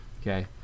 Okay